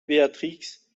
béatrix